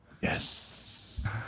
yes